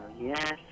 yes